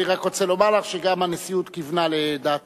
אני רק רוצה לומר לך שגם הנשיאות כיוונה לדעתך,